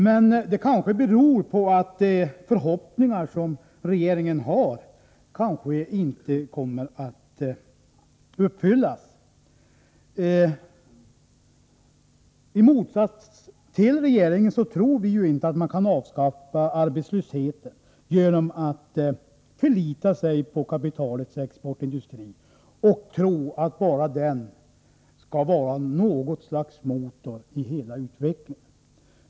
Men det kanske beror på att de förhoppningar som regeringen har inte kommer att uppfyllas. I motsats till regeringen tror vi inte att man kan avskaffa arbetslösheten genom att förlita sig på att kapitalet och exportindustrin skall vara något slags motorer i hela utvecklingen.